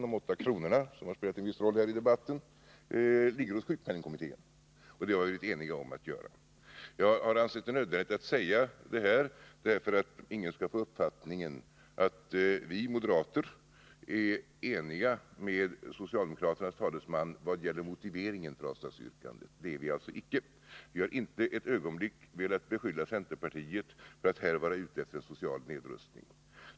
Exempelvis en viss roll här i debatten, har hänförts till sjukpenningkommittén, och det Nr 22 har vi varit eniga om att göra. Jag har ansett det nödvändigt att säga detta, så att ingen skall få uppfattningen att vi moderater är eniga med socialdemokraternas talesman i vad gäller motiveringen för avslagsyrkandet. Det är vi alltså icke. Vi har inte ett ögonblick velat beskylla centerpartiet för att här vara ute efter en social nedrustning.